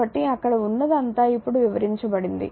కాబట్టి అక్కడ ఉన్నది అంతా ఇప్పుడు వివరించబడింది